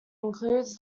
includes